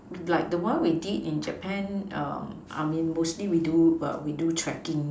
like the one we did in Japan um I mean mostly we do err we do trekking